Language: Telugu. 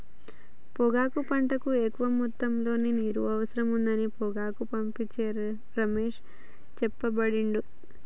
పొగాకు పంటకు ఎక్కువ మొత్తములో నీరు అవసరం ఉండదని పొగాకు పండించే రమేష్ చెప్పబట్టిండు